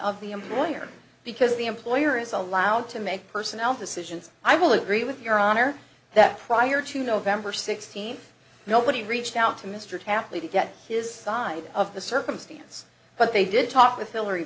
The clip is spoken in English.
of the employer because the employer is allowed to make personnel decisions i will agree with your honor that prior to november sixteenth nobody reached out to mr tapley to get his side of the circumstance but they did talk with